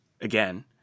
again